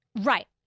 Right